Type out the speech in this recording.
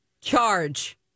Charge